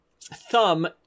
thumb